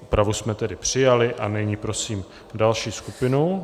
Úpravu jsme tedy přijali a nyní prosím další skupinu.